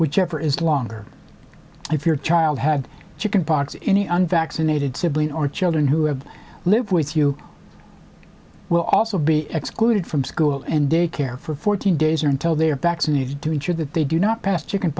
whichever is longer if your child had chicken pox any unvaccinated sibling or children who have lived with you will also be excluded from school and daycare for fourteen days or until they are vaccinated to ensure that they do not pass chicken